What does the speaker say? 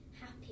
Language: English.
happy